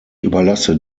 überlasse